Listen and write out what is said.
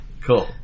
Cool